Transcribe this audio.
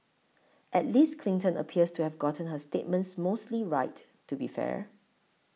at least Clinton appears to have gotten her statements mostly right to be fair